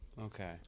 Okay